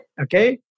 okay